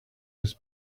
his